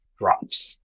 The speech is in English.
drops